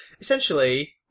essentially